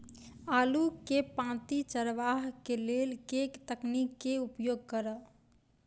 आलु केँ पांति चरावह केँ लेल केँ तकनीक केँ उपयोग करऽ?